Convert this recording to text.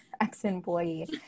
ex-employee